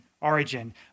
origin